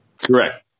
Correct